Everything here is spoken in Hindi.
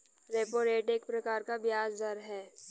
रेपो रेट एक प्रकार का ब्याज़ दर है